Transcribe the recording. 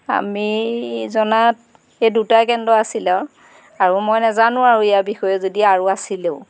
আমি জনাত এই দুটাই কেন্দ্ৰ আছিলে আৰু মই নাজানোঁ আৰু ইয়াৰ বিষয়ে যদি আৰু আছিলেও